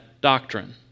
doctrine